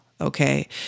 Okay